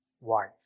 wife